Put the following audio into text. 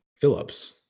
Phillips